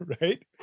right